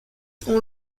angot